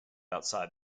outside